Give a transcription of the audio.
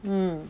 mm